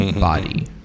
Body